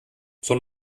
zur